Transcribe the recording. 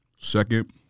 Second